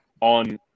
on